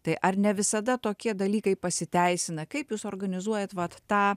tai ar ne visada tokie dalykai pasiteisina kaip jūs organizuojat vat tą